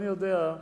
זה רמז?